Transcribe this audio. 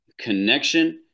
connection